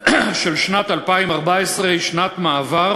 של שנת 2014 שנת מעבר